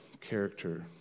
character